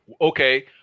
Okay